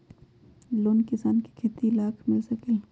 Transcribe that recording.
Loan किसान के खेती लाख मिल सकील?